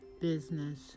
business